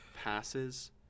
passes